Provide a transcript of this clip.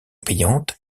payante